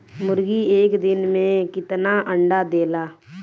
मुर्गी एक दिन मे कितना अंडा देला?